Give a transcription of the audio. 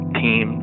team